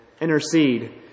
intercede